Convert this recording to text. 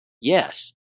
Yes